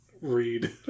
read